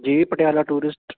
ਜੀ ਪਟਿਆਲਾ ਟੂਰਿਸਟ